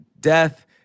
death